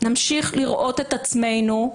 נמשיך לראות את עצמנו,